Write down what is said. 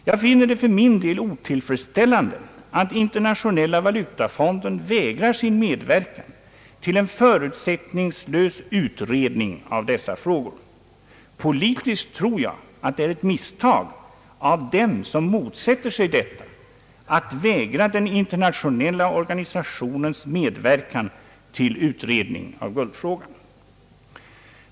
Jag finner det för min del otillfredsställande att Internationella valutafonden vägrar sin medverkan till en förutsättningslös utredning av dessa frågor. Jag tror att det politiskt sett är ett misstag av dem som motsätter sig den internationella organisationens medverkan till utredning av guldfrågan.